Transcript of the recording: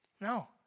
No